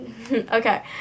Okay